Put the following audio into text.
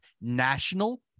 national